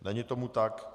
Není tomu tak.